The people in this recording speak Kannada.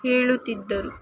ಹೇಳುತ್ತಿದ್ದರು